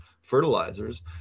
fertilizers